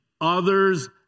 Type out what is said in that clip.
others